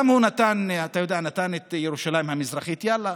גם הוא נתן את ירושלים המזרחית, יאללה,